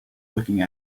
looking